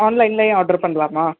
ஆன்லைன்லே order பண்ணலாமா